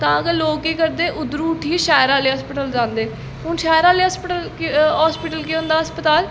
तां गै लोग केह् करदे उद्धरों उट्ठियै शैह्र अह्ले हस्पिटल जांदे हून शैह्र आह्लै हस्पिटल केह् होंदा हस्पताल